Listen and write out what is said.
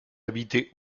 habitait